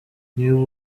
niba